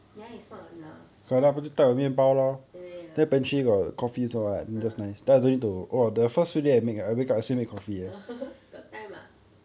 ya it's not enough ya ya ya ah got time ah